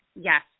yes